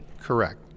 Correct